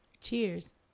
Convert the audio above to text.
Cheers